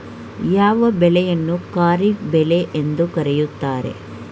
ಯಾವ ಬೆಳೆಯನ್ನು ಖಾರಿಫ್ ಬೆಳೆ ಎಂದು ಕರೆಯುತ್ತಾರೆ?